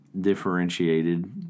differentiated